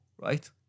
right